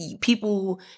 people